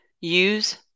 use